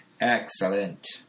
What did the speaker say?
Excellent